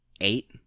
eight